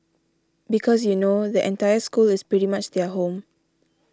because you know the entire school is pretty much their home